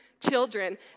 children